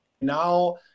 now